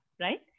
right